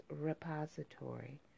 repository